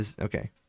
Okay